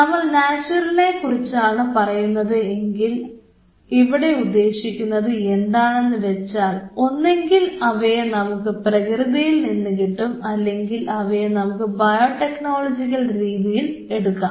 നമ്മൾ നാച്ചുറലിനെകുറിച്ചാണ് പറയുന്നത് എങ്കിൽ ഇവിടെ ഉദ്ദേശിക്കുന്നത് എന്താണെന്ന് വെച്ചാൽ ഒന്നെങ്കിൽ അവയെ നമുക്ക് പ്രകൃതിയിൽ നിന്ന് കിട്ടും അല്ലെങ്കിൽ അവയെ നമുക്ക് ബയോടെക്നോളജിക്കൽ രീതിയിൽ എടുക്കാം